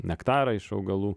nektarą iš augalų